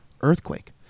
earthquake